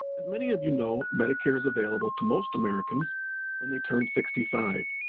and many of you know, medicare's available to most americans when they turn sixty five.